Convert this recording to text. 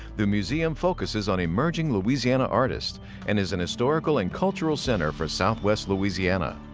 the museum focuses on emerging louisiana artists and is an historical and cultural center for southwest louisiana.